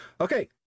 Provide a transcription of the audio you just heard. Okay